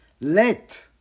Let